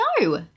No